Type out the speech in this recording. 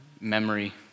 memory